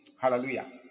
Hallelujah